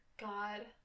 God